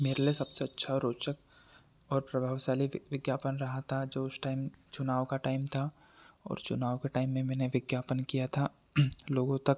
मेरे लिए सबसे अच्छा और रोचक और प्रभावशाली विज्ञापन रहा था जो उस टाइम चुनाव का टाइम था और चुनाव के टाइम में मैंने विज्ञापन किया था लोगों तक